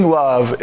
love